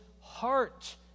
heart